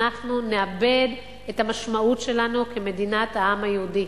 אנחנו נאבד את המשמעות שלנו כמדינת העם היהודי.